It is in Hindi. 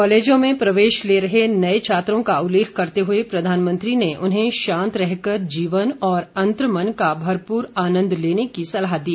कॉलेजों में प्रवेश ले रहे नए छात्रों का उल्लेख करते हुए प्रधानमंत्री ने उन्हें शांत रहकर जीवन और अंतर्मन का भरपूर आनन्द लेने की सलाह दी